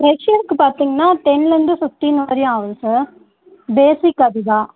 ஃப்ரெஸ்ஷருக்கு பார்த்தீங்கனா டென்லிருந்து ஃபிஃப்டின் வரையும் ஆகும் சார் ஃபேஸிக் அதுதான்